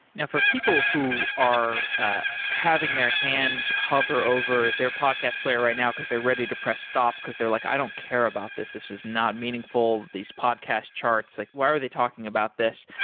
now for people who are the ah having their hands hover over their podcast player right now because they're ready to press stop, because they're like i don't care about this. this is not meaningful, these podcast charts. like why are are they talking about this?